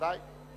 ודאי.